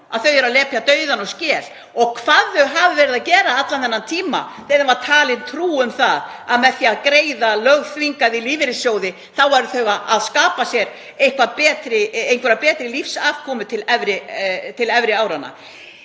þeir eru að lepja dauðann úr skel og hvað þeir hafa verið að gera allan þennan tíma þegar þeim var talin trú um að með því að greiða lögþvingað í lífeyrissjóði þá væru þeir að skapa sér einhverja betri lífsafkomu til efri áranna.